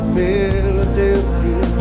Philadelphia